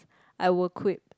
I will quit